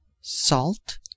salt